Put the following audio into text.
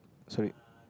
sorry